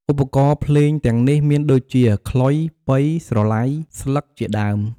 ឧបករណ៍ភ្លេងទាំងនេះមានដូចជា ខ្លុយ ប៉ី ស្រឡៃ ស្លឹកជាដើម។